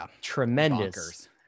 tremendous